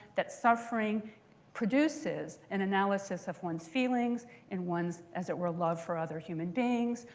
that suffering produces an analysis of one's feelings and one's, as it were, love for other human beings.